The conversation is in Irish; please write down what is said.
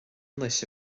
anois